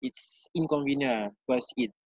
it's inconvenient ah cause it